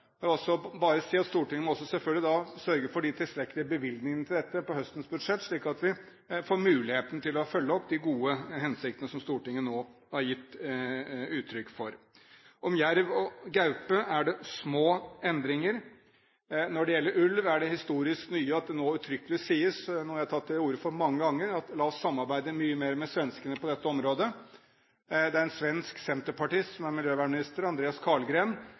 også si at Stortinget selvfølgelig da må sørge for de tilstrekkelige bevilgningene til dette på høstens budsjett, slik at man får muligheten til å følge opp de gode hensiktene som Stortinget nå har gitt uttrykk for. Når det gjelder jerv og gaupe, er det små endringer. Når det gjelder ulv, er det historisk nye at det nå uttrykkelig sies – og det har jeg tatt til orde for mange ganger: La oss samarbeide mye mer med svenskene på dette området. Det er en svensk centerpartist som er miljøvernminister, Andreas Carlgren.